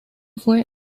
fue